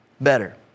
better